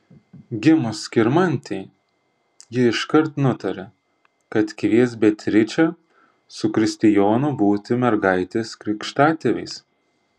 gimus skirmantei ji iškart nutarė kad kvies beatričę su kristijonu būti mergaitės krikštatėviais